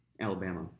Alabama